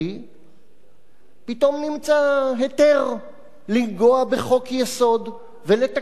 פתאום נמצא היתר לנגוע בחוק-יסוד ולתקן אותו ולשנות אותו.